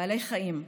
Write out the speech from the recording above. בעלי חיים,